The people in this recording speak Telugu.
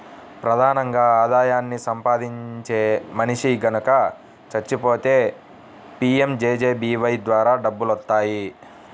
ప్రధానంగా ఆదాయాన్ని సంపాదించే మనిషి గనక చచ్చిపోతే పీయంజేజేబీవై ద్వారా డబ్బులొత్తాయి